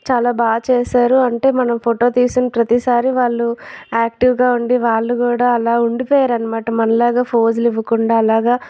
చాలా బాగా చేశారు అంటే మనం ఫోటో తీసిన ప్రతిసారి వాళ్ళు యాక్టివ్గా ఉండి వాళ్ళు కూడా అలా ఉండిపోయారు అనమాట మనలాగా ఫోజులు ఇవ్వకుండా అలాగా